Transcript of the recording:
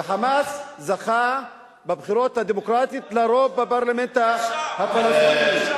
ו"חמאס" זכה בבחירות הדמוקרטיות לרוב בפרלמנט הפלסטיני.